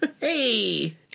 Hey